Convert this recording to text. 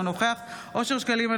אינו נוכח אושר שקלים,